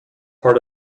part